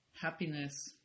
happiness